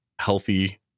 healthy